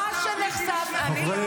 השב"כ שלנו.